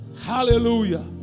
Hallelujah